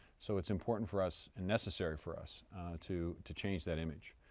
so it's important for us and necessary for us to to change that image.